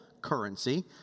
currency